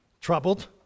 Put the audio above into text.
troubled